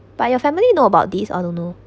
but your family know about this or don't know